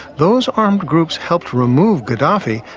those armed groups helped remove gaddafi,